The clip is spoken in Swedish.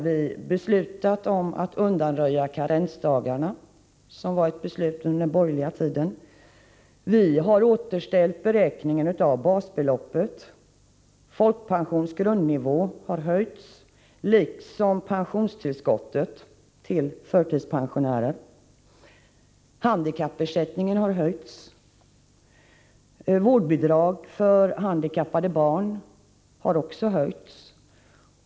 Vi har beslutat undanröja karensdagarna, som infördes under den borgerliga tiden. Vi har återställt de tidigare reglerna för beräkning av basbeloppet. Folkpensionens grundnivå har höjts liksom pensionstillskotten till förtidspensionärerna. Handikappersättningen har höjts. Vårdbidraget för handikappade barn har också höjts.